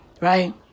Right